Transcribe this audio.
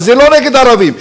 וזה לא נגד הערבים,